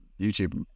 youtube